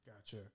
Gotcha